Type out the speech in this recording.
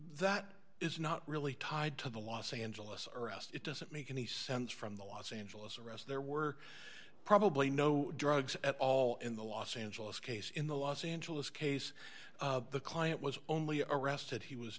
that is not really tied to the los angeles arrest it doesn't make any sense from the los angeles arrests there were probably no drugs at all in the los angeles case in the los angeles case the client was only arrested he was